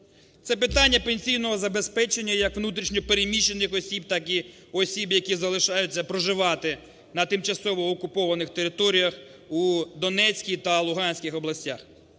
це питання пенсійного забезпечення як внутрішньо переміщених осіб, так і осіб, які залишаються проживати на тимчасово окупованих територіях у Донецькій та Луганській областях.